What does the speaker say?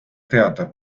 teada